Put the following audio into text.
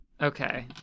Okay